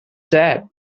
said